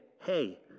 hey